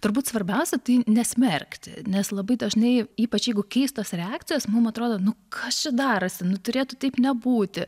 turbūt svarbiausia tai nesmerkti nes labai dažnai ypač jeigu keistos reakcijos mum atrodo nu kas čia darosi nu turėtų taip nebūti